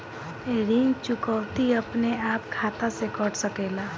ऋण चुकौती अपने आप खाता से कट सकेला?